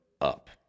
up